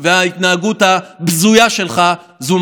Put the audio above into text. הודעה למזכירת הכנסת.